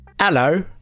Hello